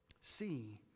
see